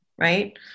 right